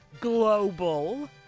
Global